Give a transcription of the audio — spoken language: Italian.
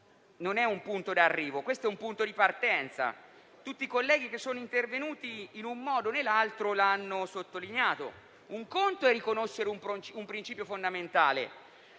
non un punto di arrivo, ma di partenza. Tutti i colleghi che sono intervenuti, in un modo o nell'altro, lo hanno sottolineato. Un conto è riconoscere un principio fondamentale;